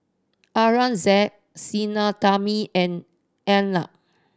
Aurangzeb Sinnathamby and Arnab